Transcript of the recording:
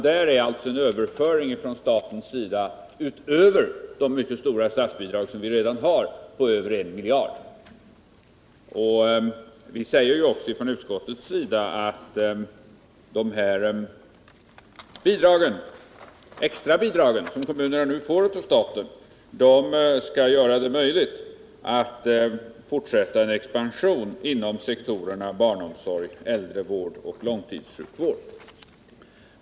Här sker alltså en överföring från staten utöver redan utgående mycket stora statsbidrag på över 1,5 miljarder kronor. Utskottet förklarar också att de extra bidrag som kommunerna nu får av staten skall göra det möjligt för kommunerna att fortsätta en expansion inom sektorerna barnomsorg, äldrevård och långtidssjukvård.